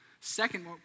Second